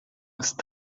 ist